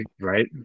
Right